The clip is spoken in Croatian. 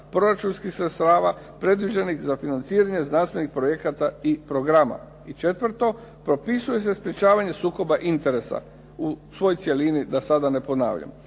proračunskih sredstava predviđenih za financiranje znanstvenih projekata i programa. I četvrto, propisuje se sprečavanja sukoba interesa u svoj cjelini da sada ne ponavljam.